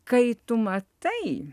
kai tu matai